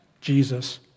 Jesus